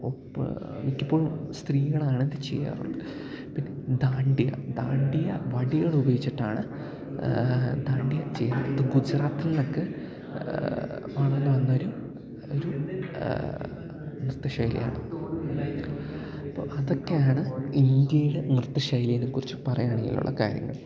ഇപ്പോൾ മിക്കപ്പോഴും സ്ത്രീകളാണിത് ചെയ്യാറുള്ളത് പിന്നെ ദാണ്ടിയ ദാണ്ടിയ വടികളുപയോഗിച്ചിട്ടാണ് ദാണ്ടിയ ചെയ്യുന്നത് ഗുജറാത്തിൽ നിന്നൊക്കെ വളർന്ന് വന്നൊരു ഒരു നൃത്ത ശൈലിയാണ് അപ്പോൾ അതൊക്കെയാണ് ഇന്ത്യയുടെ നൃത്ത ശൈലിനെക്കുറിച്ച് പറയുകയാണെങ്കിൽ ഉള്ള കാര്യങ്ങൾ